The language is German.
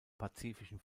pazifischen